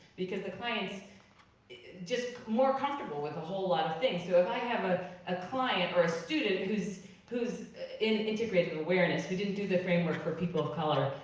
because the client's just more comfortable with a whole lot of things. so if i have ah a client or a student who's who's in integrated awareness, we didn't do the framework for people of color,